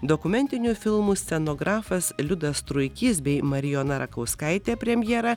dokumentinių filmų scenografas liudas truikys bei marijona rakauskaitė premjera